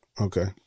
Okay